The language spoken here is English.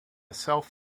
self